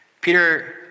Peter